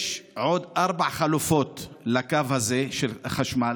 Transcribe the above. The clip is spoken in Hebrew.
שיש עוד ארבע חלופות לקו הזה של חשמל,